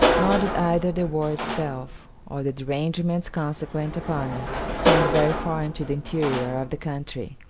nor did either the war itself, or the derangements consequent upon it, extend very far into the interior of the country.